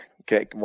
Okay